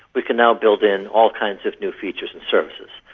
we can now build in all kinds of new features and services.